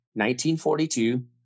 1942